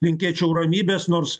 linkėčiau ramybės nors